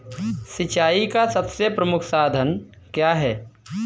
सिंचाई का सबसे प्रमुख साधन क्या है?